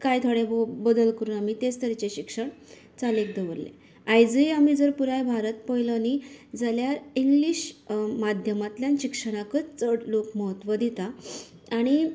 कांय थोडे भोव बदल करून आमी तेच तरेचें शिक्षण चालीक दवरलें आयजय आमी जर पुराय भारत पयलो न्ही जाल्यार इंग्लीश माध्यमांतल्यान शिक्षणाकूत चड लोक म्हत्व दिता आनी